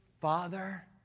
Father